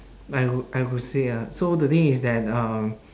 I would I would say ah so the thing is that uh